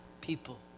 people